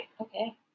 Okay